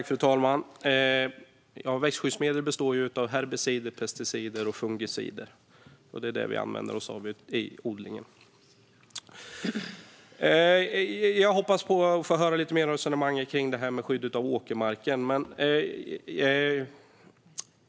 Fru talman! Växtskyddsmedel utgörs av herbicider, pesticider och fungicider. Det är detta vi använder oss av i odlingen. Jag hoppas få höra lite mer resonemang kring skyddet av åkermarken.